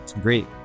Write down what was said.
Great